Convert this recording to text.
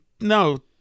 No